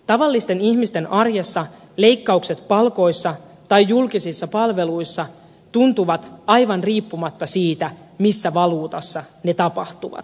tavallisten ihmisten arjessa leikkaukset palkoissa tai julkisissa palveluissa tuntuvat aivan riippumatta siitä missä valuutassa ne tapahtuvat